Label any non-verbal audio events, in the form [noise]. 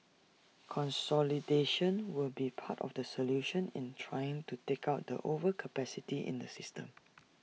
[noise] consolidation will be part of the solution in trying to take out the overcapacity in the system